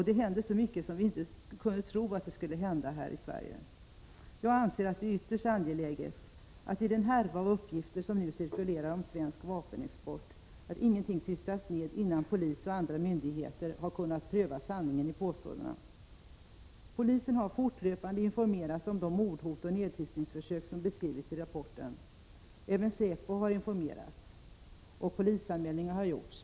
Det händer så mycket som vi inte kunde tro skulle hända i Sverige. Jag anser det ytterst angeläget att, i den härva av uppgifter som nu cirkulerar om svensk vapenexport, ingen tystas ner, innan polis och andra myndigheter har kunnat pröva sanningen i påståendena. Polisen har fortlöpande informerats om de mordhot och nedtystningsförsök som beskrivs i rapporten. Även säpo har informerats, och polisanmälningar har gjorts.